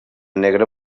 negre